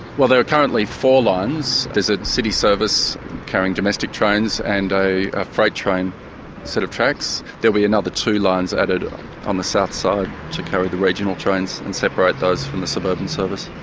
well there are currently four lines. there's a city service carrying domestic trains, and a freight train set of tracks. there'll be another two lines added on the south side to carry the regional trains and separate those from the suburban service.